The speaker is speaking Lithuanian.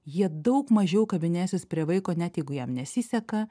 jie daug mažiau kabinėsis prie vaiko net jeigu jam nesiseka